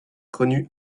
connue